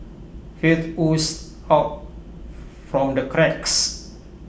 filth oozed out from the cracks